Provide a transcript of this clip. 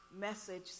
message